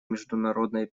международной